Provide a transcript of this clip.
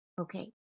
okay